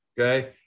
okay